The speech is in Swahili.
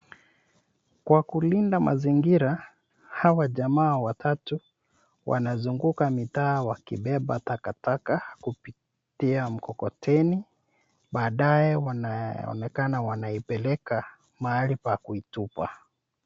Kwa kulinda mazingira hawa jamaa watatu wanazunguka mitaa wakibeba takataka kupitia mkokoteni. Baadaye wanaonekana wanaipeleka mahali pa kuitupa.